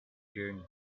journey